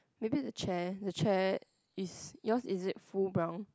maybe the chair the chair is yours is it full brown